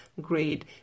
great